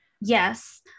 Yes